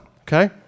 okay